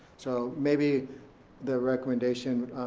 so maybe the recommendation,